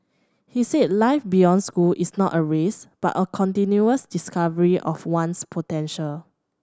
he said life beyond school is not a race but a continuous discovery of one's potential